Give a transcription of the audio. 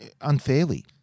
unfairly